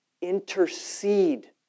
intercede